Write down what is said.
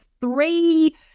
three